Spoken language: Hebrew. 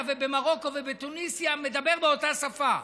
ובמרוקו ובתוניסיה מדברים באותה שפה.